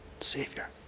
Savior